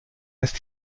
ist